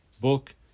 book